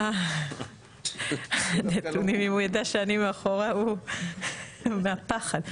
אם הוא ידע שאני מאחור, מהפחד.